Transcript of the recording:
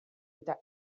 eta